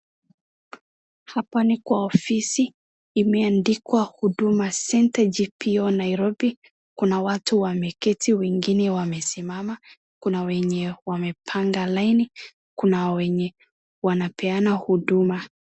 Hapa ni kwa ofisi imeandikwa Huduma Centre G.P.O Nairobi kuna watu wameketi wengine wamesimama kuna wenye wamepanga laini kuna wenye wanapeana huduma.